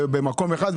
במקום אחד,